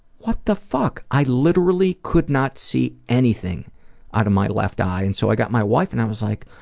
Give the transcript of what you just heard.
what the fuck? i literally could not see anything out of my left eye and so i got my wife and i was like,